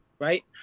right